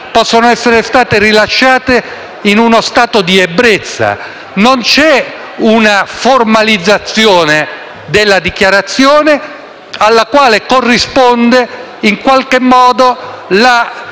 possono essere state rilasciate in uno stato di ebbrezza. Non c'è una formalizzazione della dichiarazione alla quale corrisponde in qualche modo la